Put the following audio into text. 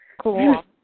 Cool